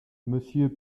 monsieur